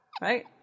right